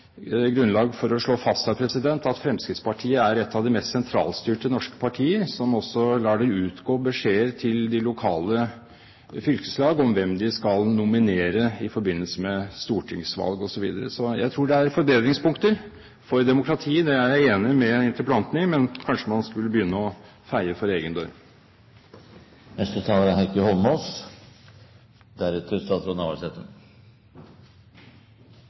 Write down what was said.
grunnlag for å slå fast at Fremskrittspartiet er ett av de mest sentralstyrte norske partier. De lar det gå ut beskjeder til de lokale fylkeslag om hvem de skal nominere i forbindelse med stortingsvalg, osv. Så jeg tror det er forbedringspunkter for demokratiet. Det er jeg enig med representanten i. Men kanskje man skulle begynne med å feie for egen dør?